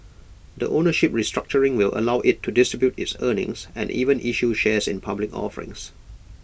the ownership restructuring will allow IT to distribute its earnings and even issue shares in public offerings